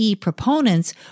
proponents